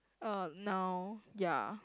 uh now ya